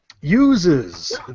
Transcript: uses